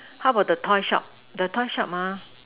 how about the toy shop the toy shop ha